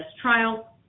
trial